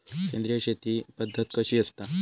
सेंद्रिय शेती पद्धत कशी असता?